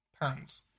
pounds